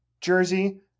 Jersey